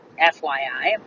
FYI